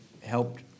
helped